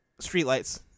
Streetlights